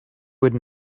would